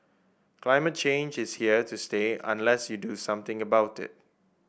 climate change is here to stay unless you do something about it